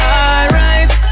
alright